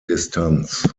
distanz